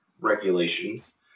regulations